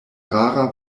rara